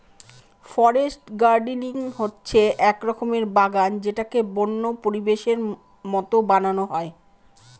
forest gardening হচ্ছে এক রকমের বাগান যেটাকে বন্য পরিবেশের মতো বানানো হয়